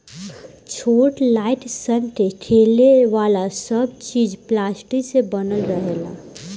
छोट लाइक सन के खेले वाला सब चीज़ पलास्टिक से बनल रहेला